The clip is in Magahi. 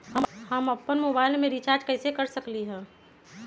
हम अपन मोबाइल में रिचार्ज कैसे कर सकली ह?